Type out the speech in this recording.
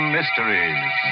Mysteries